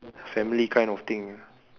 family like of thing ya